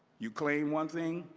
you claim one thing,